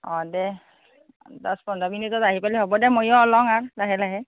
অঁ দে দহ পোন্ধৰ মিনিটত আহি পেলাই হ'ব দে ময়ো অলং আৰ লাহে লাহে